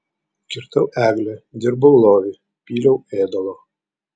kirtau eglę dirbau lovį pyliau ėdalo